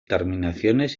terminaciones